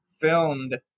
filmed